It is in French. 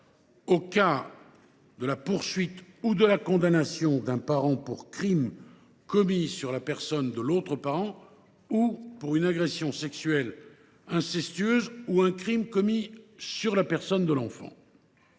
au cas de la poursuite ou de la condamnation d’un parent pour crime commis sur la personne de l’autre parent ou pour agression sexuelle incestueuse ou crime commis sur la personne de l’enfant.